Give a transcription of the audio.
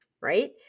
right